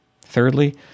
Thirdly